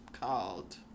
called